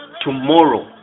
Tomorrow